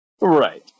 Right